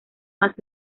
más